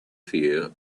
fear